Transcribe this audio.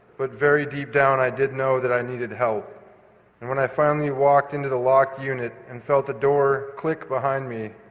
but very deep down i did know that i needed help. and when i finally walked in to the locked unit and felt the door click behind me,